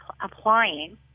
applying